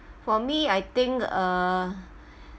for me I think uh